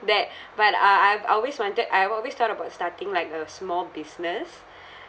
that but uh I've always wanted I've I've always thought about starting like a small business